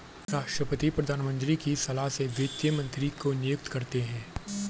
राष्ट्रपति प्रधानमंत्री की सलाह पर वित्त मंत्री को नियुक्त करते है